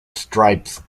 stripes